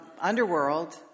underworld